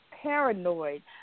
paranoid